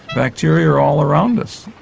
bacteria are all around us.